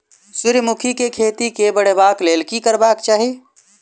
सूर्यमुखी केँ खेती केँ बढ़ेबाक लेल की करबाक चाहि?